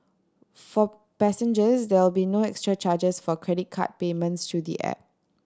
for passengers there will be no extra charges for credit card payments through the app